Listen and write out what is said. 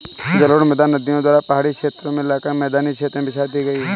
जलोढ़ मृदा नदियों द्वारा पहाड़ी क्षेत्रो से लाकर मैदानी क्षेत्र में बिछा दी गयी है